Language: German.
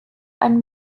ein